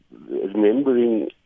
remembering